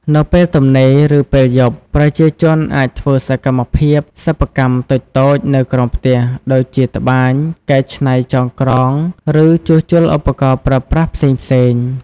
នៅពេលទំនេរ ឬពេលយប់ ប្រជាជនអាចធ្វើសកម្មភាពសិប្បកម្មតូចៗនៅក្រោមផ្ទះ ដូចជា ត្បាញ កែច្នៃ ចងក្រង ឬ ជួសជុលឧបករណ៍ប្រើប្រាស់ ផ្សេងៗ ។